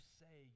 say